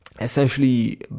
essentially